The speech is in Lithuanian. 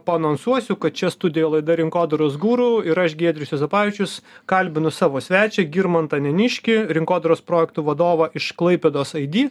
paanonsuosiu kad čia studijoj laida rinkodaros guru ir aš giedrius juozapavičius kalbinu savo svečią girmantą neniškį rinkodaros projektų vadovą iš klaipėdos aidi